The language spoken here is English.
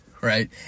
right